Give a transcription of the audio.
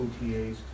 OTAs